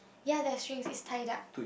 ya there is strings it's tied up